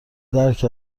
درک